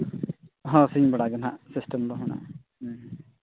ᱦᱳᱭ ᱥᱤᱧ ᱵᱮᱲᱟ ᱜᱮ ᱱᱟᱦᱟᱸᱜ ᱥᱤᱥᱴᱮᱢ ᱫᱚ ᱦᱮᱱᱟᱜᱼᱟ ᱦᱮᱸ